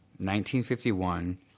1951